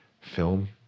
film